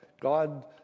God